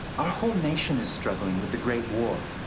our whole nation is struggling with the great war.